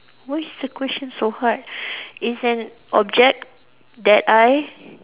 why is the question so hard is an object that I